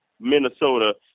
Minnesota